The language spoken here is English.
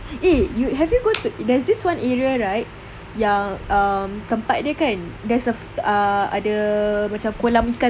eh you have you go to there's this one area right yang um tempat dia kan there's a uh ada macam kolam ikan [tau]